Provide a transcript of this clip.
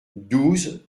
douze